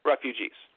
refugees